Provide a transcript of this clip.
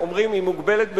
אומרים: היא מוגבלת בפיקוח.